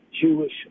Jewish